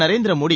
Narendra Modi